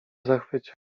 zachwycie